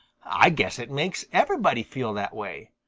i guess it makes everybody feel that way.